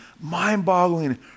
mind-boggling